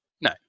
No